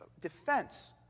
defense